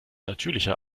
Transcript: natürlicher